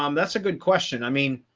um that's a good question. i mean,